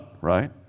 right